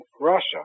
Russia